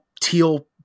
teal